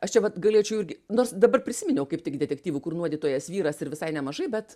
aš čia vat galėčiau irgi nors dabar prisiminiau kaip tik detektyvų kur nuodytojas vyras ir visai nemažai bet